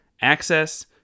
access